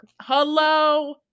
Hello